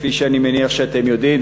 וכפי שאני מניח שאתם יודעים,